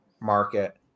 market